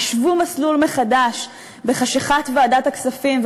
חישבו מסלול מחדש בחשכת ועדת הכספים,